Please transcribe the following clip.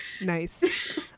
Nice